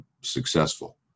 successful